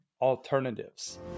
alternatives